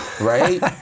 Right